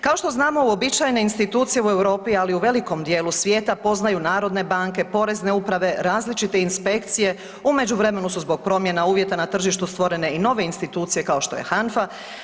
Kao što znamo uobičajene institucije u Europi, ali i u velikom dijelu svijeta poznaju narodne banke, porezne uprave, različite inspekcije, u međuvremenu su zbog promjena uvjeta na tržištu stvorene i nove institucije kao što je HANFA.